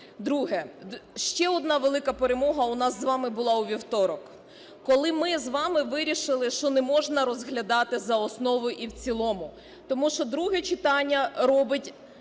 Друге. Ще одна велика перемога у нас з вами була у вівторок, коли ми з вами вирішили, що не можна розглядати за основу і в цілому. Тому що друге читання робить,